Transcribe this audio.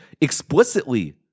explicitly